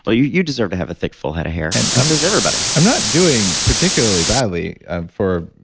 but you you deserve to have a thick full head of hair, and as does everybody i'm not doing particularly badly ah for,